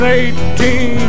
eighteen